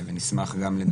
ונשמח גם לדבר על זה.